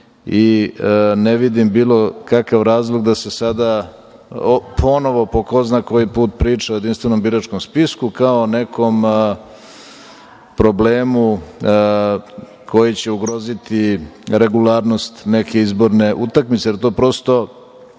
i ne vidim bilo kakav razlog da se sada ponovo po ko zna koji put priča o jedinstvenom biračkom spisku kao o nekom problemu koji će ugroziti regularnost neke izborne utakmice, jer to prosto